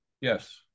Yes